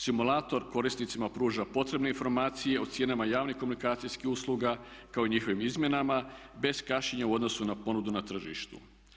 Simulator korisnicima pruža potrebne informacije o cijenama javnih komunikacijskih usluga kao i njihovim izmjenama bez kašnjenja u odnosu na ponudu na tržištu.